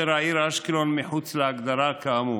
העיר אשקלון מחוץ להגדרה, כאמור.